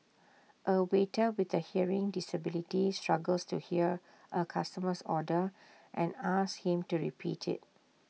A waiter with A hearing disability struggles to hear A customer's order and asks him to repeat IT